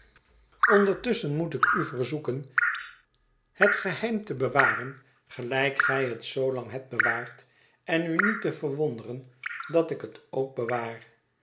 ondertusschen moet ik hl het verlaten huis u verzoeken het geheim te bewaren gelijk gij het zoolang hebt bewaard en u niet te verwonderen dat ik het ook bewaar